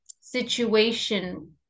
situation